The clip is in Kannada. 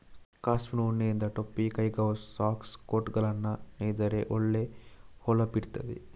ಕಾಶ್ಮೀರ್ ಉಣ್ಣೆಯಿಂದ ಟೊಪ್ಪಿ, ಕೈಗವಸು, ಸಾಕ್ಸ್, ಕೋಟುಗಳನ್ನ ನೇಯ್ದರೆ ಒಳ್ಳೆ ಹೊಳಪಿರ್ತದೆ